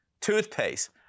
toothpaste